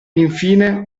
infine